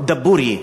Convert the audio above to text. דבורייה.